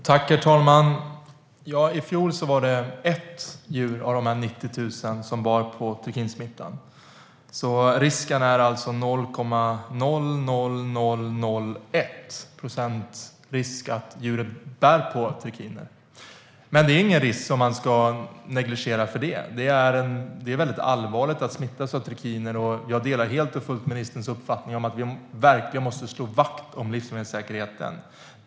Herr talman! I fjol var det ett djur av 90 000 som bar på trikinsmitta. Det är alltså 0,00001 procents risk att djuret bär på trikiner. Men den risken ska inte negligeras, för det är allvarligt att smittas av trikiner. Jag delar helt och fullt ministerns uppfattning att vi måste slå vakt om livsmedelssäkerheten.